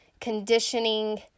conditioning